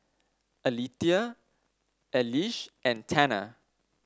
Alethea Elige and Tanner